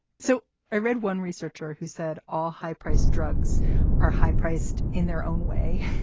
so i read one researcher who said all high priced drugs are high priced in their own way.